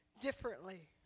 differently